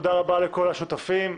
תודה רבה לכל השותפים.